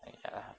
!aiya!